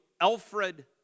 Alfred